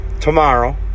tomorrow